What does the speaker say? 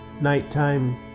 nighttime